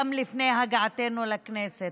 גם לפני הגעתנו לכנסת.